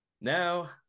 Now